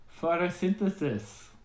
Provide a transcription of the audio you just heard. photosynthesis